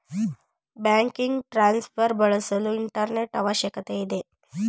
banking transfer ಬಳಸಲು internet ಅವಶ್ಯಕತೆ ಇದೆ